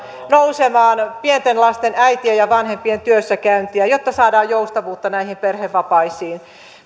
nousemaan pienten lasten äitien ja vanhempien työssäkäyntiä jotta saamme joustavuutta näihin perhevapaisiin